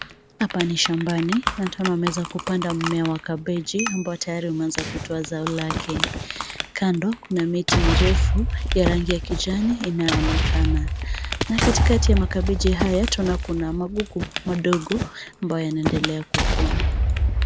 Hapa ni shambani. Na twaona wameweza kupanda mmea wa kabeji ambao tayari umeanza kutoa zao lake. Kando kuna miti mirefu ya rangi ya kijani inayoonekana. Na katikati ya makabeji haya tena kuna magugu madogo ambayo yanaendelea kukua.